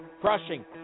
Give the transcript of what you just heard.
crushing